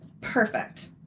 Perfect